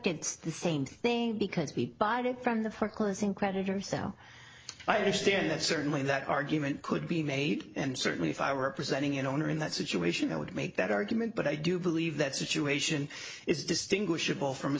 gets the same thing because he bought it from the foreclosing creditor so i understand that certainly that argument could be made and certainly if i were representing an owner in that situation i would make that argument but i do believe that situation is distinguishable from a